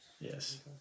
Yes